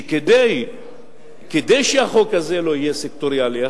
שכדי שהחוק הזה לא יהיה סקטוריאלי,